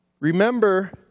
Remember